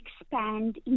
expand